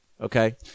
Okay